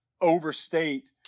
overstate